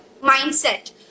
mindset